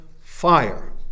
fire